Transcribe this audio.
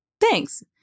Thanks